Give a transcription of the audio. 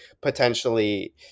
potentially